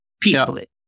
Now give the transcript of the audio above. peacefully